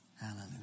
Hallelujah